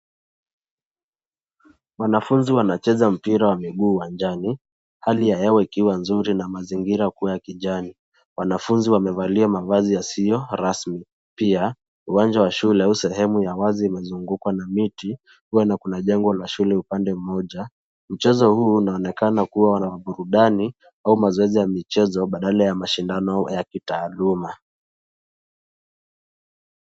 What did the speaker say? Wanafunzi wanacheza mpira wa miguu uwanjani. Hali ya hewa ikiwa nzuri na mazingira kuu ya kijani. Wanafunzi wamevalia mavazi yasiyo rasmi. Pia, uwanja wa shule au sehemu ya wazi imezungukwa na miti, huwa na kuna jengo la shule upande mmoja. Mchezo huu unaonekana kuwa wanaburudani, au mazoezi ya michezo, badala ya mashindano ya kitaaluma.